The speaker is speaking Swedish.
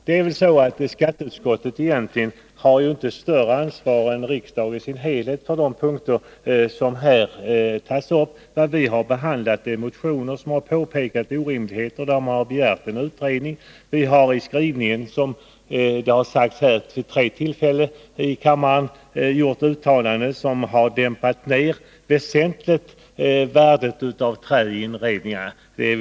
Fru talman! Jag anser att den här debatten kunde ha blivit betydligt kortare om vi hade lyssnat på varandra. Jag har talat om, att jag har läst propositionen men att anvisningar inte fanns tillgängliga vid den tidpunkten. Eftersom jag inte sitter i riksskatteverkets styrelse har jag inte kunnat påverka den mer än övriga riksdagsledamöter. Det är andra gången jag säger det och hoppas därmed att vi kan avfärda den delen av kritiken mot skatteutskottet. Skatteutskottet har egentligen inte större ansvar än riksdagen i dess helhet för de frågor som här tas upp. Vi har behandlat motioner i vilka har påpekats orimligheter och där man har begärt en utredning.